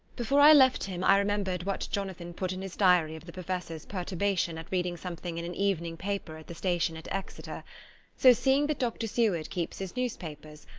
before i left him i remembered what jonathan put in his diary of the professor's perturbation at reading something in an evening paper at the station at exeter so, seeing that dr. seward keeps his newspapers,